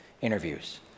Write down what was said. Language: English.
interviews